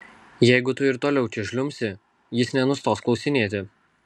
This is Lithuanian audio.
jeigu tu ir toliau čia žliumbsi jis nenustos klausinėti